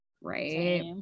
right